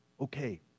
Okay